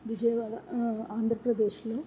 విజయవాడ ఆంధ్రప్రదేశ్లో